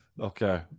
Okay